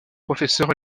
professeur